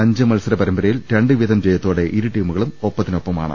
അഞ്ച് മത്സര പരമ്പര്യിൽ രണ്ടുവീതം ജയത്തോടെ ഇരുടീമുകളും ഒപ്പത്തിനൊപ്പമാണ്